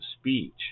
speech